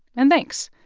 and thanks.